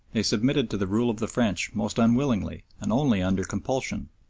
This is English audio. they submitted to the rule of the french most unwillingly and only under compulsion,